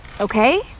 Okay